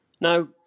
Now